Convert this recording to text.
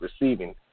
receiving